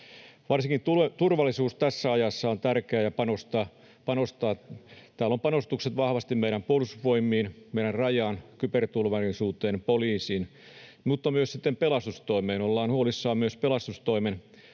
Varsinkin turvallisuuteen on tärkeää panostaa tässä ajassa. Täällä on panostukset vahvasti meidän Puolustusvoimiin, meidän Rajaan, kyberturvallisuuteen, poliisiin mutta myös sitten pelastustoimeen. Ollaan huolissaan myös pelastustoimen